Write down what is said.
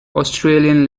australian